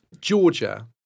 Georgia